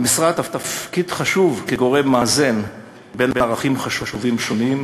למשרד תפקיד חשוב כגורם מאזן בין ערכים חשובים שונים,